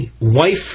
wife